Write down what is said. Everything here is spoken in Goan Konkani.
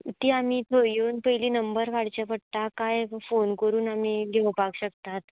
तीं आमी थंय येवन पयली नंबर काडचे पडटा काय फोन करून आमी घेवपाक शकतात